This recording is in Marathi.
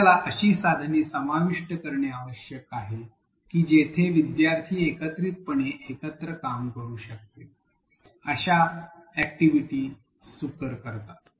आपल्याला अशी साधने समाविष्ट करणे आवश्यक आहे की जेथे विद्यार्थी एकत्रितपणे एकत्र काम करू शकतात अश्या अॅक्टिव्हिटीस सुकर करतात